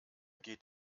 geht